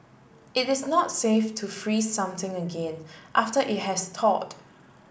it is not safe to freeze something again after it has thawed